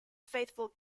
faithful